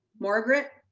margaret.